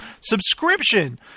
subscription